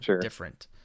different